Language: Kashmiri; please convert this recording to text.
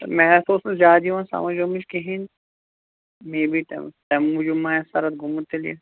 سَر میٚتھ اوس نہٕ زیادٕ یِوان سَمج وَمِج کِہیٖنٛۍ میے بی تَمہِ موٗجوٗب ما آسہِ سَر اتھ گوٚمُت تیٚلہِ یہِ